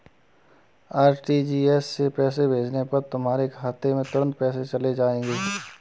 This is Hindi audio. आर.टी.जी.एस से पैसे भेजने पर तुम्हारे खाते में तुरंत पैसे चले जाएंगे